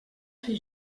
fer